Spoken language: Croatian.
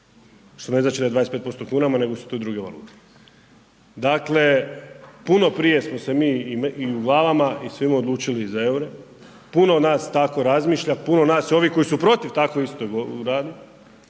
što ne znači da je 25% u kunama, nego su to druge valute. Dakle, puno prije smo se mi i u glavama i u svemu odlučili za EUR-e, puno nas tako razmišlja, puno nas ovih koji su protiv tako isto rade,